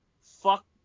fuck